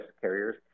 carriers